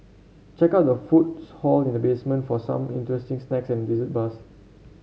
check out the food's hall in the basement for some interesting snacks and dessert bars